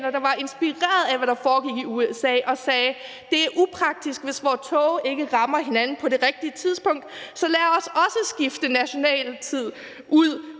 Statsbaner inspireret af, hvad der foregik i USA, og sagde: Det er upraktisk, hvis vore toge ikke møder hinanden på det rigtige tidspunkt, så lad os også skifte nationaltid ud